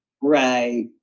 Right